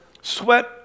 sweat